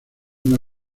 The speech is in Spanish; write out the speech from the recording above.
una